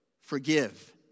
forgive